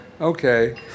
okay